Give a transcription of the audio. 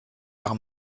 par